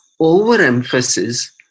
overemphasis